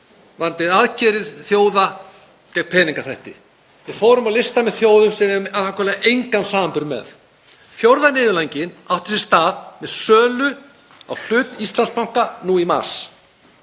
varðandi aðgerðir þjóða gegn peningaþvætti. Við fórum á lista með þjóðum sem við eigum nákvæmlega enga samleið með. Fjórða niðurlægingin átti sér stað með sölu á hlut í Íslandsbanka nú í mars.